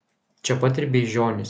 čia pat ir beižionys